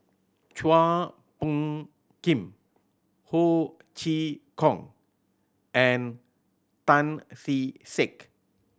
Chua Phung Kim Ho Chee Kong and Tan Kee Sek